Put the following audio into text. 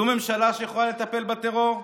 זו ממשלה שיכולה לטפל בטרור?